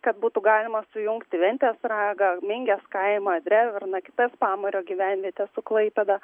kad būtų galima sujungti ventės ragą mingės kaimą dreverną kitas pamario gyvenvietes su klaipėda